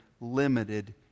limited